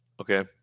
Okay